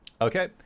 Okay